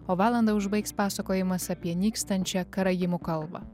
o valandą užbaigs pasakojimas apie nykstančią karaimų kalbą